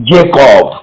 Jacob